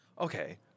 Okay